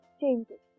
changes।